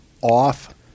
Off